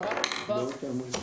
הישיבה ננעלה בשעה